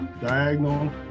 diagonal